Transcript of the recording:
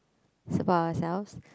support ourselves